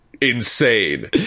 insane